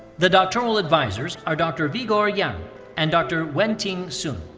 the doctoral advisors are dr. vigor yang and dr. wenting sun.